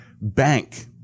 bank